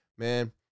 Man